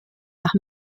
nach